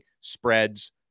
spreads